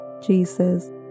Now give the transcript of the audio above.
Jesus